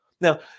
Now